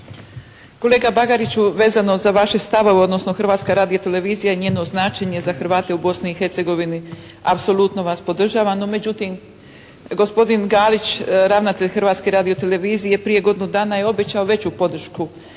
Kolega Bagariću vezano za vaše stavove, odnosno Hrvatska radiotelevizija i njeno značenje za Hrvate u Bosni i Hercegovini, apsolutno vas podržavam. No, međutim, gospodin Galić, ravnatelj Hrvatske radiotelevizije prije godinu dana je obećao veću podršku